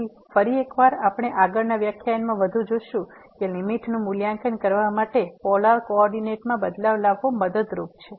તેથી ફરી એક વાર આપણે આગળનાં વ્યાખ્યાનમાં વધુ જોશું કે લીમીટ નું મૂલ્યાંકન કરવા માટે પોલાર કો ઓર્ડીનેટ માં બદલાવ લાવવો મદદરૂપ છે